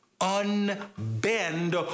unbend